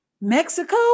Mexico